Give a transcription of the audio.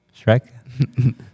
Shrek